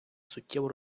суттєво